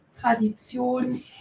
Tradition